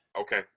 Okay